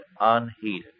unheeded